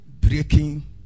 breaking